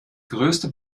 größte